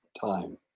time